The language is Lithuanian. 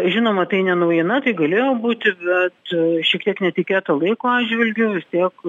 žinoma tai ne naujiena tai galėjo būti bet šiek tiek netikėta laiko atžvilgiu vis tiek